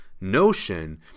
notion